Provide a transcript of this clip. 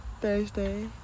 thursday